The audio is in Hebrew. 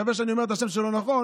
אני מקווה שאני אומר את השם שלו נכון.